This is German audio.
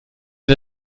wir